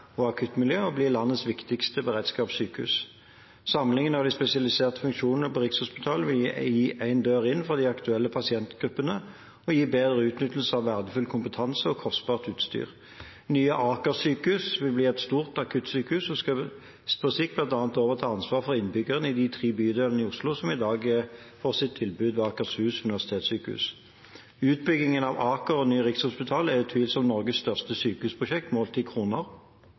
og akuttmiljø, og blir landets viktigste beredskapssykehus. Samling av de spesialiserte funksjonene på Rikshospitalet vil gi én dør inn for de aktuelle pasientgruppene og gi bedre utnyttelse av verdifull kompetanse og kostbart utstyr. Nye Aker sykehus vil bli et stort akuttsykehus og skal på sikt bl.a. overta ansvaret for innbyggerne i de tre bydelene i Oslo som i dag får sitt tilbud ved Akershus universitetssykehus. Utbyggingen av Aker og nye Rikshospitalet er utvilsomt Norges største sykehusprosjekt målt i kroner.